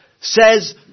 says